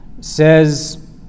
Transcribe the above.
says